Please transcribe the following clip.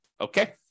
Okay